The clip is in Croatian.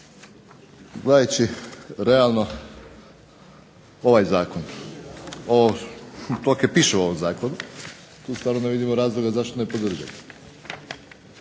Gledajući realno ovaj zakon to što piše u ovom zakonu, tu stvarno ne vidimo razloga zašto ne podržati.